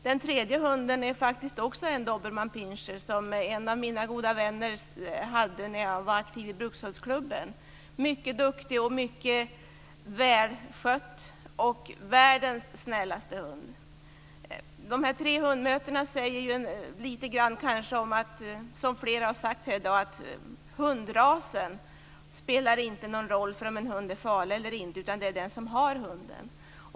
Den tredje hunden var också en dobermannpinscher, som en av mina goda vänner hade när jag var aktiv i brukshundklubben. Den var mycket duktig, mycket välskött och världens snällaste hund. De tre hundmötena säger lite grann, som flera har sagt här i dag, att det inte är hundrasen som avgör om en hundras är farlig eller inte, utan det är den som äger hunden.